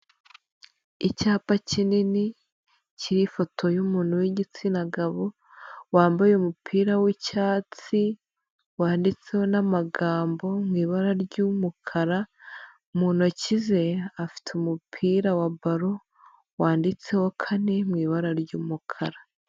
Icyapa kinini, kiriho ifoto y'umuntu w'igitsina gabo, wambaye umupira w'icyatsi, wanditseho n'amagambo mu ibara ry'umukara, mu ntoki ze afite umupira wa baro, wanditseho kane mu ibara ry'umukara.